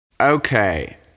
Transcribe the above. Okay